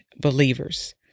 believers